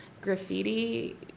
graffiti